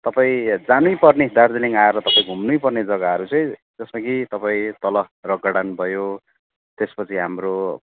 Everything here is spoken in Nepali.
तपाईँ जानै पर्ने दार्जिलिङ आएर तपाईँ घुम्नै पर्ने जग्गाहरू चाहिँ जसमा कि तपाईँ तल रक गार्डन भयो त्यसपछि हाम्रो